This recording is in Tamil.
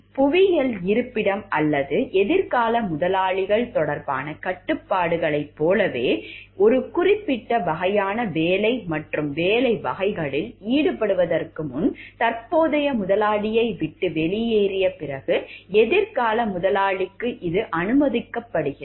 புவியியல் இருப்பிடம் அல்லது எதிர்கால முதலாளிகள் தொடர்பான கட்டுப்பாடுகளைப் போலவே ஒரு குறிப்பிட்ட வகையான வேலை மற்றும் வேலை வகைகளில் ஈடுபடுவதற்கு முன் தற்போதைய முதலாளியை விட்டு வெளியேறிய பிறகு எதிர்கால முதலாளிகளுக்கு இது அனுமதிக்கப்படுகிறது